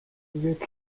тэгээд